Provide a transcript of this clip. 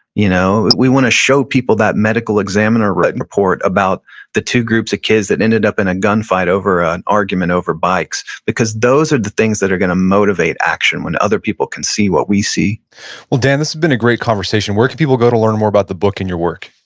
you know we wanna show people that medical examiner written report about the two groups of kids that ended up in a gun fight over ah an argument over bikes because those are the things that are gonna motivate action when other people can see what we see well, dan, this has been a great conversation. where can people go to learn more about the book and your work?